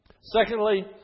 Secondly